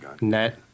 net